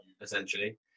Essentially